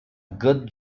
good